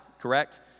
correct